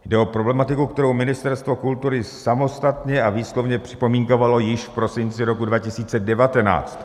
Jde o problematiku, kterou Ministerstvo kultury samostatně a výslovně připomínkovalo již v prosinci roku 2019.